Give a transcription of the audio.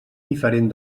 diferent